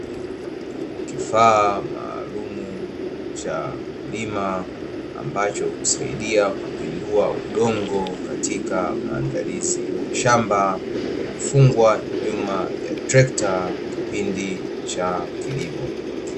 Kifaa maalumu cha kulima, ambacho husaidia kupindua udongo katika maandalizi ya shamba. Hufungwa nyuma ya trekta kipindi cha kilimo.